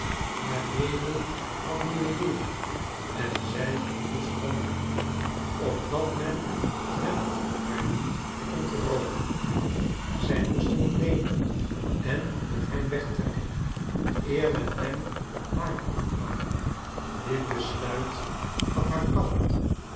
haar leven had nu een doel en zij moest handelen opdat men hem haar niet ontroofde zij moest hem nemen en met hem wegtrekken eer men hem haar ontnam dit besluit gaf